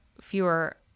fewer